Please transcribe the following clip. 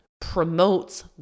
promotes